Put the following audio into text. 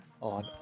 on